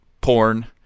porn